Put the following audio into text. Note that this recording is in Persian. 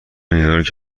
نیویورک